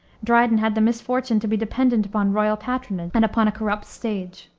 dryden had the misfortune to be dependent upon royal patronage and upon a corrupt stage.